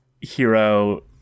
Hero